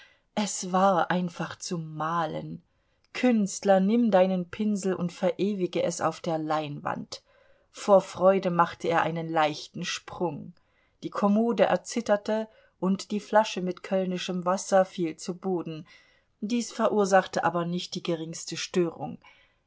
es war einfach zum malen künstler nimm deinen pinsel und verewige es auf der leinwand vor freude machte er einen leichten sprung die kommode erzitterte und die flasche mit kölnischem wasser fiel zu boden dies verursachte aber nicht die geringste störung